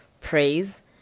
praise